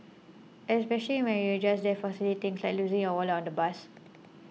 especially when you're just there for silly things like losing your wallet on the bus